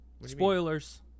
Spoilers